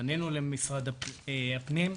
פנינו למשרד הפנים,